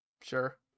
Sure